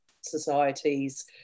societies